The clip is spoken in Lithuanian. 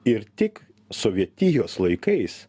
ir tik sovietijos laikais